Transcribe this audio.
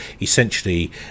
essentially